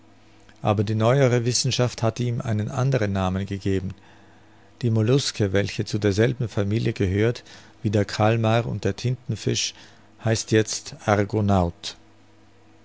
aber die neuere wissenschaft hat ihm einen anderen namen gegeben die molluske welche zu derselben familie gehört wie der kalmar und der tintenfisch heißt jetzt